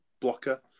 blocker